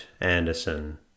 Anderson